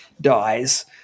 dies